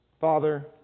Father